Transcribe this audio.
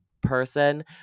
person